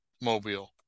Mobile